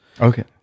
Okay